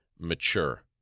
mature